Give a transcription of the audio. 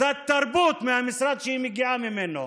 קצת תרבות מהמשרד שהיא מגיעה ממנו.